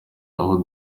aho